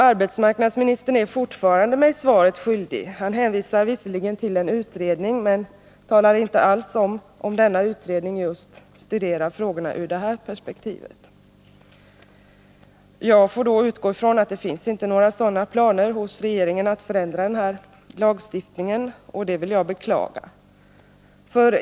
Arbetsmarknadsministern är mig fortfarande svaret skyldig. Han hänvisade visserligen till en utredning, men talade inte alls om huruvida denna utredning studerar frågorna ur just det här perspektivet. Jag utgår då ifrån att det inom regeringen inte finns några planer på att ändra den här lagstiftningen, vilket jag beklagar.